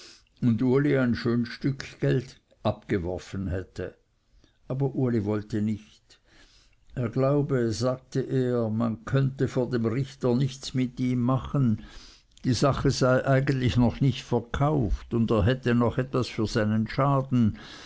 ein schön stück geld abgeworfen hätte aber uli wollte nicht er glaube sagte er man könnte vor dem richter nichts mit ihm machen die sache sei eigentlich noch nicht verkauft und er hätte so noch etwas für seinen schaden